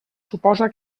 suposa